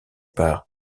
par